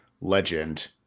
legend